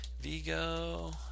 Vigo